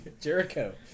Jericho